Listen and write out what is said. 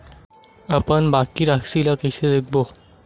अपन बकाया राशि ला कइसे देखबो?